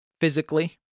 physically